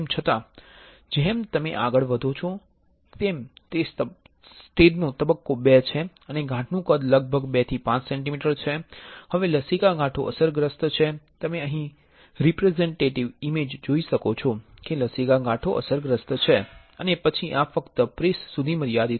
તેમ છતાં જેમ તમે આગળ વધો છો જ્ય તે તબક્કો II છે અને ગાંઠનું કદ લગભગ 2 થી 5 સેન્ટિમીટર છે અને હવે લસિકા ગાંઠો અસરગ્રસ્ત છે તમે અહીં રિપ્રેઝેંટેટિવ ઇમેઝ જોઈ શકો છો કે લસિકા ગાંઠો અસરગ્રસ્ત છે અને પછી આ ફક્ત પ્રેસ સુધી મર્યાદિત છે